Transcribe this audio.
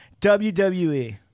WWE